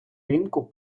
ринку